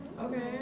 Okay